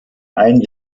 ein